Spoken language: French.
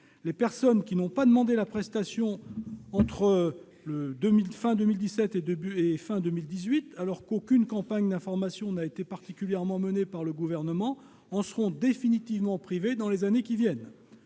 Les personnes qui n'ont pas demandé la prestation entre fin 2017 et fin 2018, alors qu'aucune campagne d'information particulière n'a été menée par le Gouvernement, en seront définitivement privées dans les années à venir.